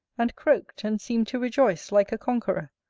and croaked, and seemed to rejoice like a conqueror,